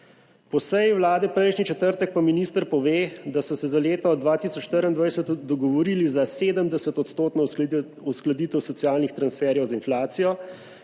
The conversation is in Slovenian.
Po seji Vlade prejšnji četrtek pa minister pove, da so se za leto 2024 dogovorili za 70 % uskladitev socialnih transferjev z inflacijo,